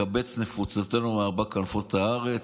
קבץ נפוצותינו מארבע כנפות תבל.